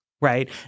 right